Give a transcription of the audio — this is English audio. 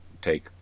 take